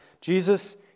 Jesus